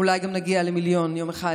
אולי גם נגיע למיליון יום אחד.